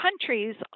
countries